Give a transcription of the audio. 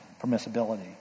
permissibility